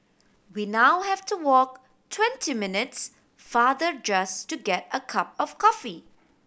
we now have to walk twenty minutes farther just to get a cup of coffee